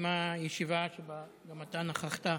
התקיימה ישיבה, שבה גם אתה נכחת,